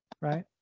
Right